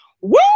Woo